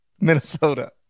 Minnesota